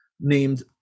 named